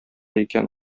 икән